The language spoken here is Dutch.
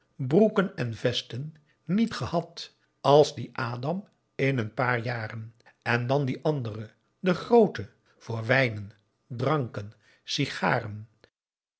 broeken en vesten niet gehad als die adam in een paar jaren en dan die andere de groote voor wijnen dranken sigaren